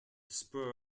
spur